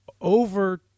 over